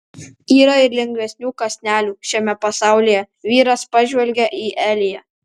yra ir lengvesnių kąsnelių šiame pasaulyje vyras pažvelgia į eliją